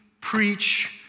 preach